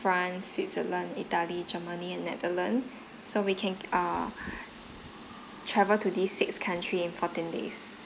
france switzerland italy germany and netherlands so we can err travel to these six countries in fourteen days